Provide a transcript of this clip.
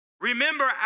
Remember